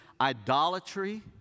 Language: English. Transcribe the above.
idolatry